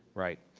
right.